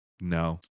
no